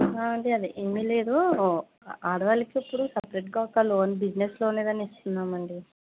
ఆ అంటే అది ఏమీలేదు ఆడవాళ్ళకి ఇప్పుడు సెపరేట్గా ఒక లోన్ బిజినెస్ లోన్ అనేది ఇస్తున్నామండి